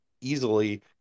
easily